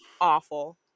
awful